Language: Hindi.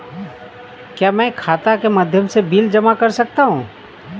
क्या मैं खाता के माध्यम से बिल जमा कर सकता हूँ?